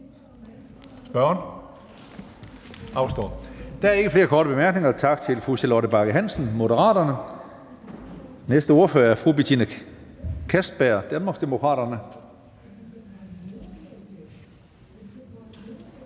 (Karsten Hønge): Der er ikke flere bemærkninger. Tak til fru Charlotte Bagge Hansen, Moderaterne. Næste ordfører er fru Betina Kastbjerg, Danmarksdemokraterne.